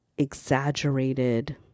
exaggerated